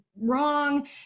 wrong